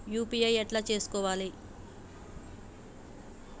UPI ఎట్లా చేసుకోవాలి?